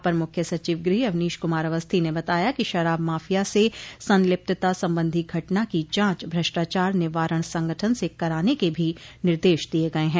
अपर मुख्य सचिव गृह अवनीश कुमार अवस्थी ने बताया कि शराब माफिया से संलिप्पता संबंधी घटना की जांच भ्रष्टाचार निवारण संगठन से कराने के भी निर्देश दिये गये हैं